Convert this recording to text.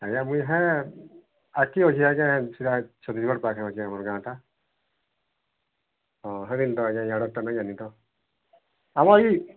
ଆଜ୍ଞା ମୁଇଁ ଇହା ଅଟ୍କି ଅଛି ଆଜ୍ଞା ସେଇଟା ଛତିଶଗଡ଼ ପାଖାପାଖି ଆମର ଗାଁଟା ହଁ ସେଇପାଇଁ ତ ଆଜ୍ଞା ଯାଡ଼ଟା ନାଇଁ ଜାନି ତ ଆମ ଏଇ